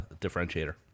differentiator